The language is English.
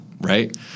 right